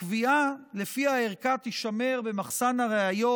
הקביעה שלפיה ערכה תישמר במחסן הראיות,